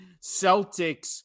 Celtics